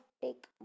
take